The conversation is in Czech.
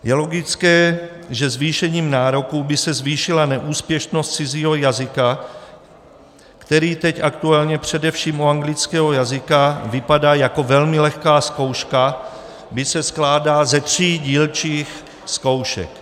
Je logické, že zvýšením nároků by se zvýšila neúspěšnost cizího jazyka, který teď aktuálně především u anglického jazyka vypadá jako velmi lehká zkouška, byť se skládá ze tří dílčích zkoušek.